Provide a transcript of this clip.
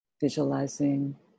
visualizing